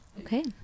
Okay